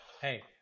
Hey